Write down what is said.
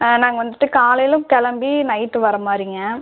நாங்கள் வந்துட்டு காலையிலும் கிளம்பி நைட்டு வர மாதிரிங்க